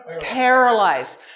Paralyzed